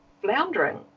floundering